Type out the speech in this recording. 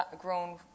grown